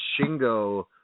shingo